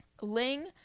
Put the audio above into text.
Ling